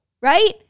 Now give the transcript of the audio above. right